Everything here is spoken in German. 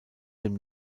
dem